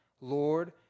Lord